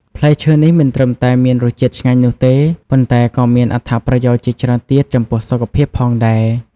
ផ្លែឈើនេះមិនត្រឹមតែមានរសជាតិឆ្ងាញ់នោះទេ ប៉ុន្តែក៏មានអត្ថប្រយោជន៍ជាច្រើនទៀតចំពោះសុខភាពផងដែរ។